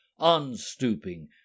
unstooping